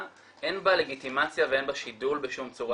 אין בה לגיטימציה ואין בה שידול בשום צורה.